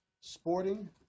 sporting